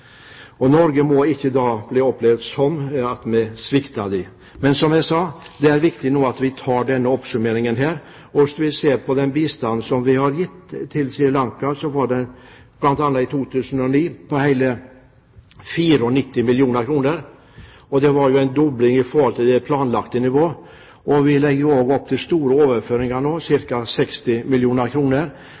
og etiske forpliktelser her. Norge må ikke oppleves slik at vi svikter dem. Men som jeg sa, det er viktig at vi nå tar denne oppsummeringen. Hvis vi ser på den bistanden som vi har gitt til Sri Lanka, var den i 2009 på hele 94 mill. kr, og det var en dobling i forhold til det planlagte nivået. Vi legger også opp til store overføringer nå, ca. 60